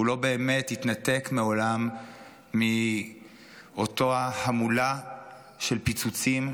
הוא לא באמת התנתק מעולם מאותה המולה של פיצוצים,